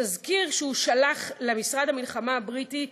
בתזכיר שהוא שלח למשרד המלחמה הבריטי,